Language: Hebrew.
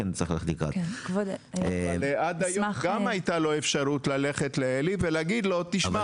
אבל עד היום גם הייתה לא אפשרות ללכת לאלי ולהגיד לו: תשמע,